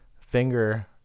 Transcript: finger